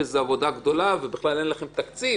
וזאת עבודה גדולה ובכלל אין לכם תקציב,